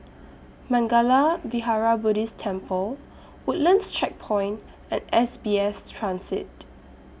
Mangala Vihara Buddhist Temple Woodlands Checkpoint and S B S Transit